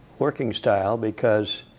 working style. because